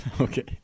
Okay